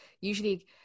usually